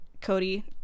Cody